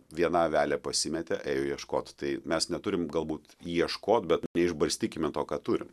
viena avelė pasimetė ėjo ieškot tai mes neturim galbūt ieškot bet neišbarstykime to ką turi